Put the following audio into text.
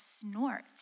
snort